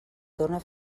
torna